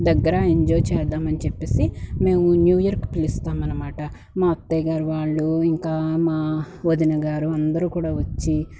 దగ్గర ఎంజాయ్ చేద్దామని చెప్పేసి మేము న్యూ ఇయర్కు పిలుస్తాం అనమాట మా అత్తయ్యగారు వాళ్ళు ఇంకా మా వదినగారు అందరూ కూడా వచ్చి